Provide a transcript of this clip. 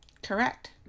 correct